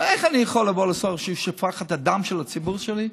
איך אני יכול לבוא לשר ששפך את הדם של הציבור שלי?